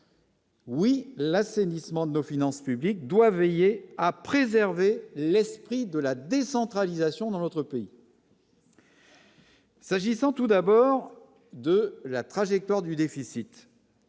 Oui, l'assainissement de nos finances publiques doit veiller à préserver l'esprit de la décentralisation dans notre pays. S'agissant tout d'abord de la trajectoire du déficit.